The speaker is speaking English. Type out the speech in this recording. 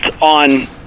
on